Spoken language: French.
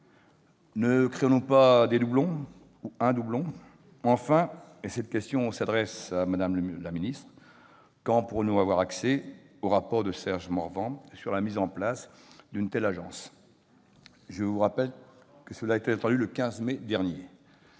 Ne créerions-nous pas alors un doublon ? Enfin- cette question s'adresse à Mme la ministre -, quand pourrons-nous avoir accès au rapport de Serge Morvan sur la mise en place d'une telle agence ? Je rappelle que ce rapport était attendu le 15 mai dernier